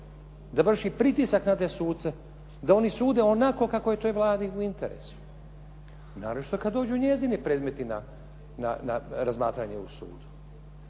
da vrši pritisak na te suce, da oni sude onako kako je toj Vladi u interesu. Naročito kad dođu njezini predmeti na razmatranje u sudu.